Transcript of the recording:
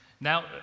now